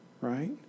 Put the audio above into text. right